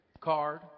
Card